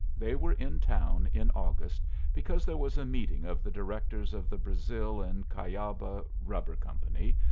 they were in town in august because there was a meeting of the directors of the brazil and cuyaba rubber company,